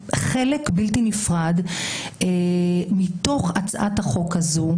הם חלק בלתי נפרד מתוך הצעת החוק הזו,